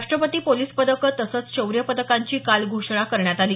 राष्ट्रपती पोलिस पदकं तसंच शौर्य पदकांची काल घोषणा करण्यात आली